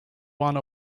one